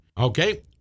okay